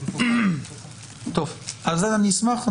אני אשמח.